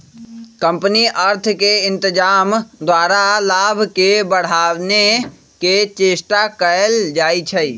company अर्थ के इत्जाम द्वारा लाभ के बढ़ाने के चेष्टा कयल जाइ छइ